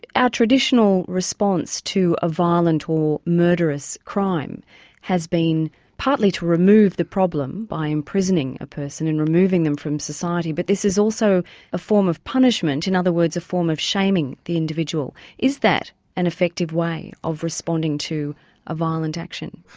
our traditional response to a violent or murderous crime has been partly to remove the problem by imprisoning a person and removing them from society but this is also a form of punishment, in other words a form of shaming the individual. is that an effective way of responding to a violent action?